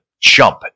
jump